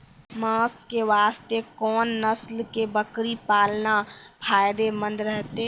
मांस के वास्ते कोंन नस्ल के बकरी पालना फायदे मंद रहतै?